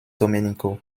domenico